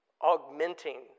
augmenting